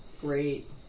great